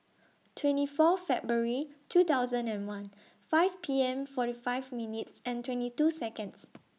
twenty four February two thousand and one five P M forty five minutes and twenty two Seconds